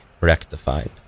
rectified